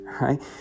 right